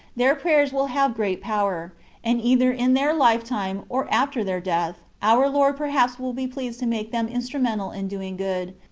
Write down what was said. their prayers will have great power and either in their lifetime, or after their death, our lord perhaps will be pleased to make them instrumental in doing good,